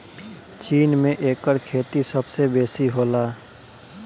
चीन में एकर खेती सबसे बेसी होला